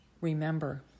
Remember